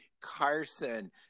Carson